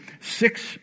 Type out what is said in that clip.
six